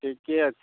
ठीके छै